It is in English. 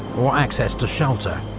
or access to shelter.